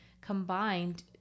combined